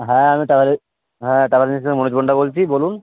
হ্যাঁ আমি ট্র্যাভেল হ্যাঁ ট্র্যাভেল এজেন্সি থেকে মনোজ পান্ডা বলছি বলুন